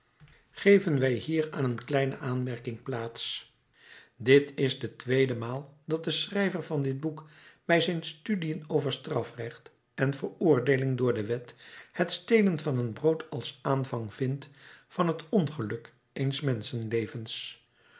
geven wij hier aan een kleine aanmerking plaats dit is de tweede maal dat de schrijver van dit boek bij zijn studiën over strafrecht en veroordeeling door de wet het stelen van een brood als aanvang vindt van het ongeluk eens menschenlevens